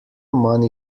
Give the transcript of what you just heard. money